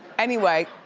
anyway.